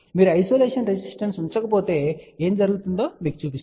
మీరు isolation resistance ఉంచకపోతే ఏమి జరుగుతుందో మీకు చూపిస్తాను